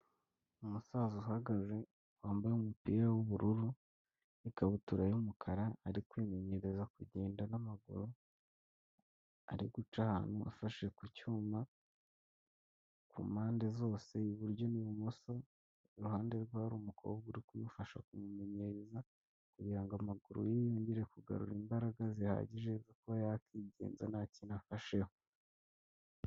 Umusaza uhagaze wambaye umupira w'ubururu n'ikabutura y'umukara ari kwimenyereza kugenda n'amaguru, ari guca ahantu afashe ku cyuma ku mpande zose iburyo n'ibumoso, iruhande rwe hari umukobwa kufasha kumumenyereza kugira ngo amaguru ye yongere kugarura imbaraga zihagije zo kuba yakigenza nta afasheho.